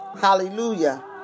hallelujah